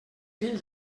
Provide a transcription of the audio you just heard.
fill